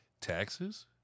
taxes